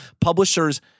publishers